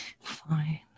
Fine